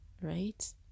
right